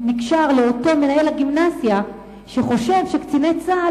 זה נקשר לאותו מנהל גימנסיה שחושב שקציני צה"ל